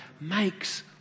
makes